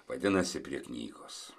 vadinasi prie knygos